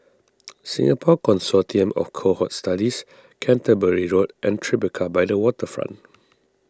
Singapore Consortium of Cohort Studies Canterbury Road and Tribeca by the Waterfront